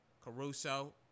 Caruso